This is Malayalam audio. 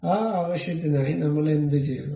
ആ ആവശ്യത്തിനായി നമ്മൾ എന്തുചെയ്യണം